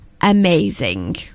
amazing